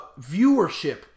viewership